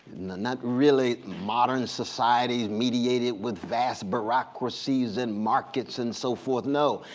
not really modern societies, mediated with vast bureaucracies and markets and so forth. no.